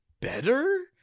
better